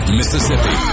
Mississippi